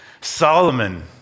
Solomon